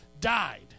died